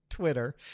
twitter